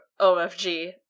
ofg